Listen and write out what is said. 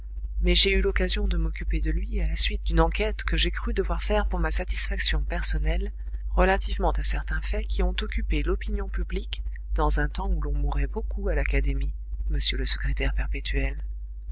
mais j'ai eu l'occasion de m'occuper de lui à la suite d'une enquête que j'ai cru devoir faire pour ma satisfaction personnelle relativement à certains faits qui ont occupé l'opinion publique dans un temps où l'on mourait beaucoup à l'académie monsieur le secrétaire perpétuel